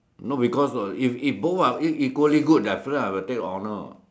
no because of if if both are equally good that after that I will take the honor what